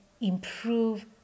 improve